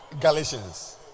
Galatians